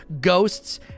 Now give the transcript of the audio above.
Ghosts